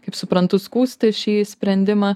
kaip suprantu skųsti šį sprendimą